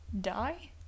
die